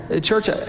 Church